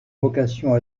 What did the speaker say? vocation